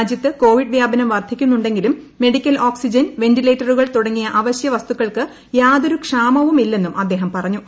രാജ്യത്ത് കോവിഡ് വ്യാപനം വർദ്ധിക്കുന്നുണ്ടെങ്കിലും മെഡിക്കൽ ഓക്സിജൻ വെന്റിലേറ്ററുകൾ തുടങ്ങിയ അവശ്യവസ്തുക്കൾക്ക് യാതൊരു ക്ഷാമവും ഇല്ലെന്നും അദ്ദേഹം പറഞ്ഞു